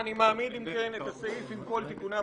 אם כן, אני מעמיד להצבעה את הסעיף על כל תיקוניו.